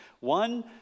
One